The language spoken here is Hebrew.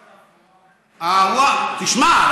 תשמע,